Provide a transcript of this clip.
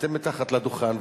אתם מתחת לדוכן,